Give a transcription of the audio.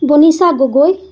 Banicha Gogoi